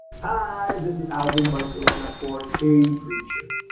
hi, this is alvin barcelona for k preacher.